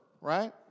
right